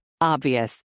Obvious